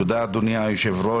תודה, אדוני היושב-ראש,